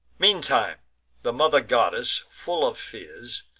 meantime the mother goddess, full of fears,